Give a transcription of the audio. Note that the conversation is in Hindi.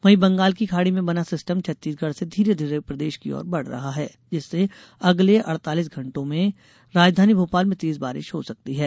वहीं बंगाल की खाड़ी में बना सिस्टम छत्तीसगढ़ से धीरे धीरे प्रदेश की ओर बढ़ रहा है जिससे अगले अड़तालीस घंटों में इसके राजधानी भोपाल में तेज बारिश हो सकती है